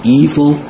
evil